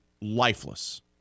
lifeless